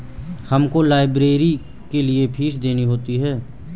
हमको लाइब्रेरी के लिए भी फीस देनी होती है